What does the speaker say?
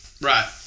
Right